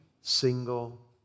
single